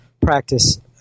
practice